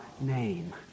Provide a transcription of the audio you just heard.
name